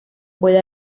puede